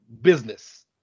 business